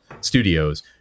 Studios